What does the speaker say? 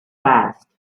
passed